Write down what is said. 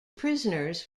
prisoners